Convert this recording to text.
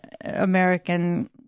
American